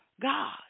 God